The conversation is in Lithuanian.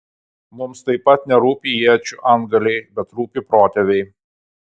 mums taip pat nerūpi iečių antgaliai bet rūpi protėviai